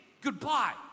goodbye